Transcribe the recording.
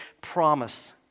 promise